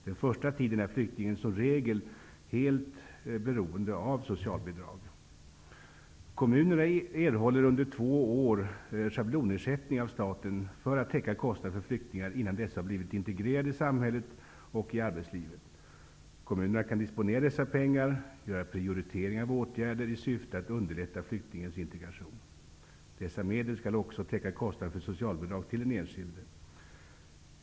Den första tiden är flyktingen som regel helt beroende av socialbidrag. Kommunerna erhåller under två år schablonersättning av staten för att täcka kostnaderna för flyktingar innan dessa har blivit integrerade i samhället och i arbetslivet. Kommunerna kan disponera dessa pengar, göra prioriteringar av åtgärder i syfte att underlätta flyktingens integration. Dessa medel skall också täcka kostnaderna för socialbidrag till den enskilde.